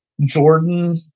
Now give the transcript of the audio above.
Jordan